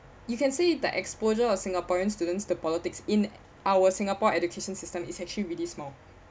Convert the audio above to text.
you can see the exposure of singaporean students to politics in our singapore education system is actually really small